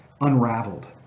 unraveled